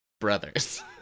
Brothers